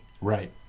right